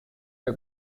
her